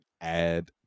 add